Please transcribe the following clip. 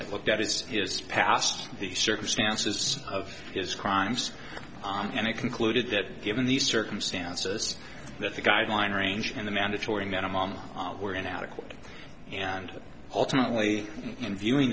that looked at his his past the circumstances of his crimes on and it concluded that given the circumstances that the guideline range in the mandatory minimum were inadequate and ultimately in viewing